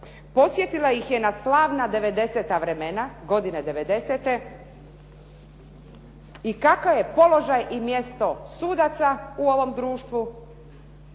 Posjetila ih je na slavna '90-ta vremena, godine '90-te i kakav je položaj i mjesto sudaca u ovom društvu,